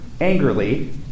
angrily